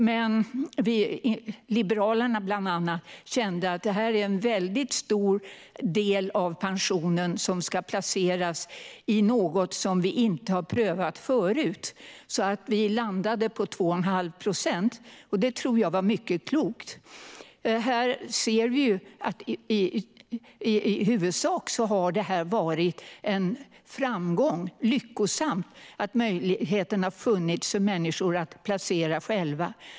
Men vi, bland andra Liberalerna, kände att det här var en väldigt stor del av pensionen som skulle placeras i något som vi inte hade prövat förut. Vi landade därför på 2 1⁄2 procent, och det tror jag var mycket klokt. Vi ser att i huvudsak har det här varit en framgång. Det har varit lyckosamt att möjligheten har funnits för människor att själva placera sina pengar.